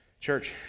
Church